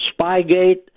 Spygate